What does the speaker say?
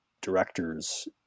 directors